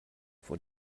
vor